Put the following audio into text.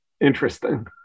Interesting